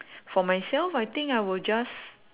for myself I think I would just